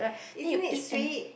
isn't it sweet